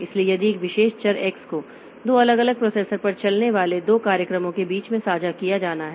इसलिए यदि एक विशेष चर x को दो अलग अलग प्रोसेसर पर चलने वाले दो कार्यक्रमों के बीच साझा किया जाना है